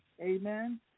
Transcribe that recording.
Amen